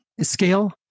scale